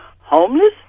homeless